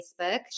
Facebook